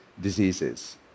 diseases